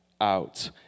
out